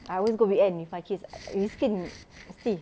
I always go weekend with my kids riskin mesti